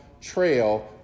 trail